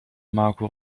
marco